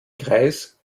greis